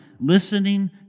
listening